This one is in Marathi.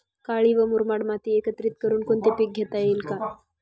काळी व मुरमाड माती एकत्रित करुन कोणते पीक घेता येईल का?